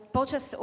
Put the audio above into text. Počas